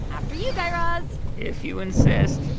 after you, guy raz if you insist